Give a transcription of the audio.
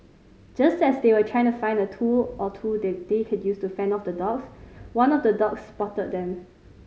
just as they were trying to find a tool or two that they could use to fend off the dogs one of the dogs spotted them